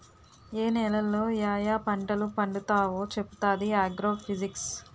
ఏ నేలలో యాయా పంటలు పండుతావో చెప్పుతాది ఆగ్రో ఫిజిక్స్